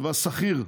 שכיר,